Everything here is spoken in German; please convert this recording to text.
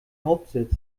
hauptsitz